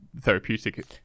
therapeutic